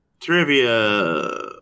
trivia